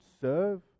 serve